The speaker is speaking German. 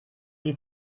die